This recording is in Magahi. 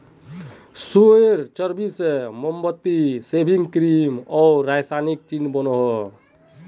सुअरेर चर्बी से मोमबत्ती, सेविंग क्रीम आर रासायनिक चीज़ बनोह